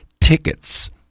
tickets